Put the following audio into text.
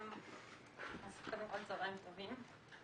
קודם כול צהריים טובים.